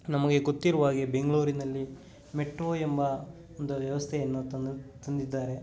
ನಮಗೆ ಗೊತ್ತಿರುವ ಹಾಗೆ ಬೆಂಗಳೂರಿನಲ್ಲಿ ಮೆಟ್ರೋ ಎಂಬ ಒಂದು ವ್ಯವಸ್ಥೆಯನ್ನು ತಂದು ತಂದಿದ್ದಾರೆ